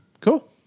cool